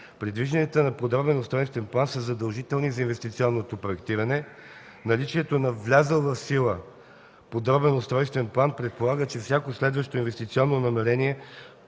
Предвижданията на подробен устройствен план са задължителни за инвестиционното проектиране. Наличието на влязъл в сила подробен устройствен план предполага, че всяко следващо инвестиционно намерение